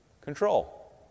control